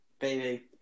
Baby